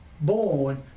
born